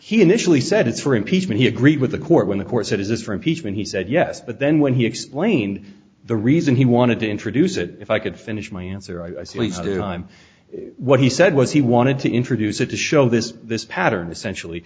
initially said it's for impeachment he agreed with the court when the court said is this for impeachment he said yes but then when he explained the reason he wanted to introduce it if i could finish my answer i sleep time what he said was he wanted to introduce it to show this this pattern essentially